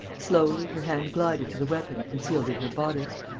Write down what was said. slowly her hand glided to the weapon concealed in her bodice.